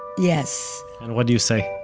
yes and what do you say?